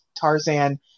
Tarzan